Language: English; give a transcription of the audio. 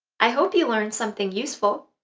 i hope you learned something useful!